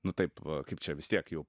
nu taip kaip čia vis tiek jau